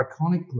iconically